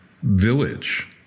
village